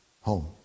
home